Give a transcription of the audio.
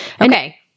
Okay